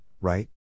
right